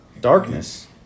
darkness